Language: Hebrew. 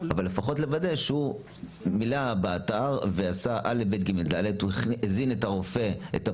אבל לפחות לוודא שהוא מילא באתר והזין את הפרטים